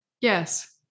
Yes